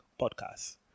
podcast